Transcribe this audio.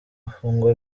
afungwa